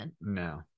No